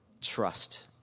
trust